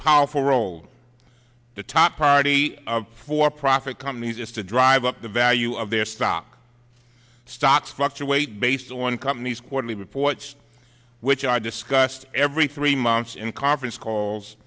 powerful role the top priority for profit companies is to drive up the value of their stock stocks fluctuate based on one company's quarterly reports which are discussed every three months in conference calls